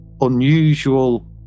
unusual